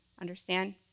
Understand